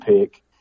pick